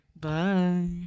Bye